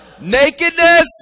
nakedness